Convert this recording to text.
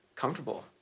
comfortable